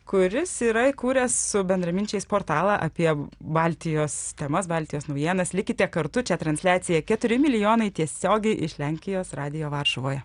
kuris yra įkūręs su bendraminčiais portalą apie baltijos temas baltijos naujienas likite kartu čia transliacija keturi milijonai tiesiogiai iš lenkijos radijo varšuvoje